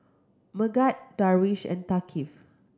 Megat Darwish and Thaqif